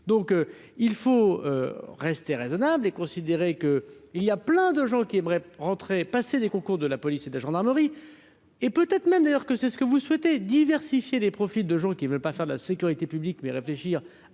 donc il faut. Rester raisonnable et considérer que, il y a plein de gens qui aimeraient rentrer passer des concours de la police et de gendarmerie et peut être même d'ailleurs que c'est ce que vous souhaitez diversifier les profils de gens qui ne veulent pas faire de la sécurité publique, mais réfléchir